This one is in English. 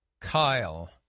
Kyle